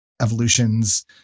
Evolutions